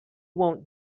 won’t